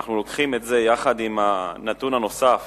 כשאנחנו לוקחים את זה עם הנתונים הנוספים,